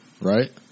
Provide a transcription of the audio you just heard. right